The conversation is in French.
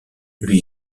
lui